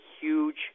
huge